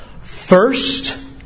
First